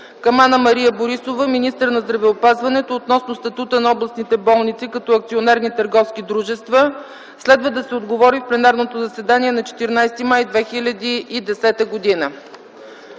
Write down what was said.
Анна-Мария Борисова – министър на здравеопазването, относно статута на областните болници като акционерни търговски дружества. Следва да се отговори в пленарното заседание на 14 май 2010 г.